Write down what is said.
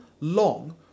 long